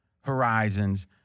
horizons